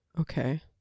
okay